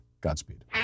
Godspeed